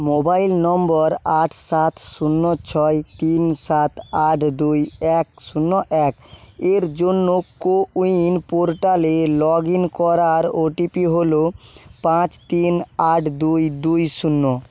mobile number আট সাত শূন্য ছয় তিন সাত আট দুই এক শূন্য এক এর জন্য কো উইন পোর্টালে লগ ইন করার ও টি পি হলো পাঁচ তিন আট দুই দুই শূন্য